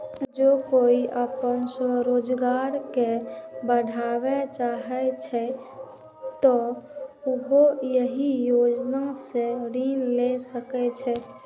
जौं कोइ अपन स्वरोजगार कें बढ़ाबय चाहै छै, तो उहो एहि योजना सं ऋण लए सकै छै